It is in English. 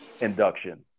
induction